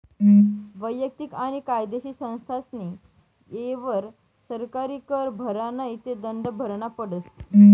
वैयक्तिक आणि कायदेशीर संस्थास्नी येयवर सरकारी कर भरा नै ते दंड भरना पडस